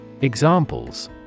Examples